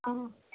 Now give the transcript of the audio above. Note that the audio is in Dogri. आं